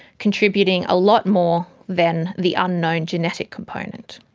contributing a lot more than the unknown genetic component.